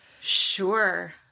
Sure